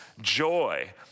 joy